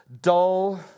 dull